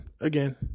Again